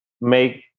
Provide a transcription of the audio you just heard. make